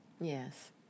yes